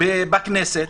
בכנסת